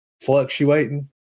fluctuating